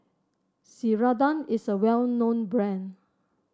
Ceradan is a well known brand